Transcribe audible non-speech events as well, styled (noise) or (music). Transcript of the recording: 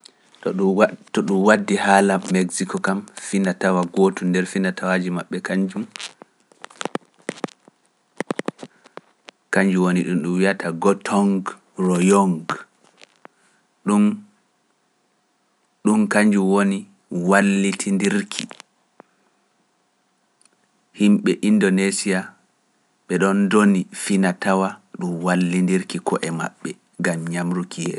(noise) To ɗum waɗdi haala Indonesiya kam finatawa gooto nder finatawaaji maɓɓe kanjum, kanjum woni ɗum wi'ata Gotong Royong, ɗum kanjum woni wallitindirki. Himɓe Indonesia ɓe ɗoon ndoni finatawa ɗum wallindirki ko'e maɓɓe ngam ñamru kiye.